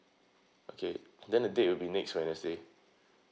okay then the date will be next wednesday